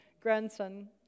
grandson